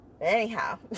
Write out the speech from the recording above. Anyhow